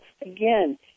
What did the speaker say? Again